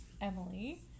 Emily